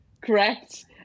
Correct